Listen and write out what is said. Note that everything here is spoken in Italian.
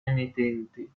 emittenti